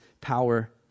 power